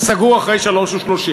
סגור אחרי 15:30?